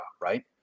right